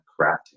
crafting